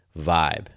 vibe